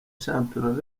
shampiona